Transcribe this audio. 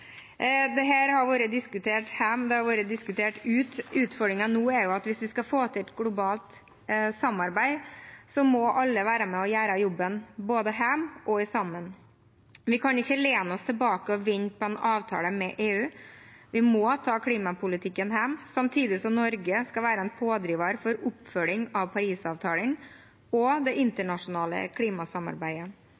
har vært diskutert hjemme, det har vært diskutert ute. Utfordringen nå er at hvis vi skal få til et globalt samarbeid, må alle være med og gjøre jobben, både hjemme og sammen. Vi kan ikke lene oss tilbake og vente på en avtale med EU. Vi må ta klimapolitikken hjemme, samtidig som Norge skal være en pådriver for oppfølging av Parisavtalen og det